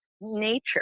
nature